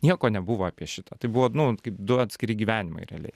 nieko nebuvo apie šitą tai buvo nu kaip du atskiri gyvenimai realiai